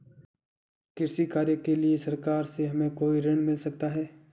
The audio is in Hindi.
कृषि कार्य के लिए सरकार से हमें कोई ऋण मिल सकता है?